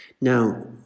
Now